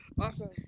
Awesome